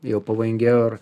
jau pavojingiau ir